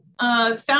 found